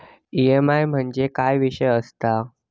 EMI म्हणजे काय विषय आसता?